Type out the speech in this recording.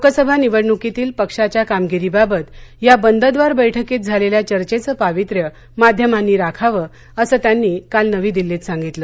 लोकसभा निवडणुकीतील पक्षाच्या कामगिरीबाबत या बंदद्वार बैठकीत झालेल्या चर्चेचं पावित्र माध्यमांनी राखावं असं त्यांनी काल नवी दिल्लीत सांगितलं